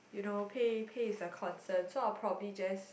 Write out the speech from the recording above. you know pay pay is a concern so I'll probably just